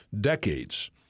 decades